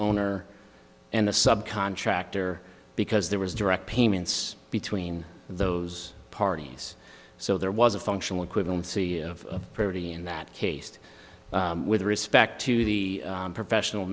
owner and the sub contractor because there was direct payments between those parties so there was a functional equivalent of property in that case with respect to the professional